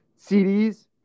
CDs